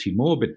multimorbid